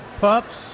pups